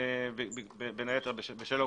אגף התקציבים, בבקשה.